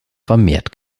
vermehrt